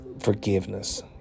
forgiveness